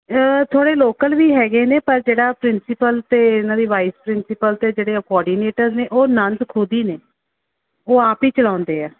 ਥੋੜ੍ਹੇ ਲੋਕਲ ਵੀ ਹੈਗੇ ਨੇ ਪਰ ਜਿਹੜਾ ਪ੍ਰਿੰਸੀਪਲ ਅਤੇ ਇਹਨਾਂ ਦੀ ਵਾਈਸ ਪ੍ਰਿੰਸੀਪਲ ਅਤੇ ਜਿਹੜੇ ਕੋਆਰਡੀਨੇਟਰ ਨੇ ਉਹ ਨੰਨਸ ਖੁਦ ਹੀ ਨੇ ਉਹ ਆਪ ਹੀ ਚਲਾਉਂਦੇ ਹੈ